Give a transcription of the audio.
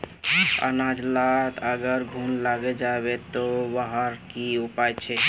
अनाज लात अगर घुन लागे जाबे ते वहार की उपाय छे?